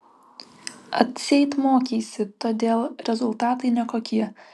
atseit mokeisi todėl rezultatai nekokie